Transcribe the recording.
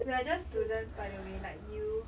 we are just students by the way like you